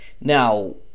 Now